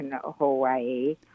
Hawaii